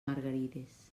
margarides